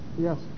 yes